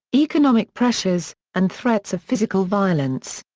economic pressures, and threats of physical violence.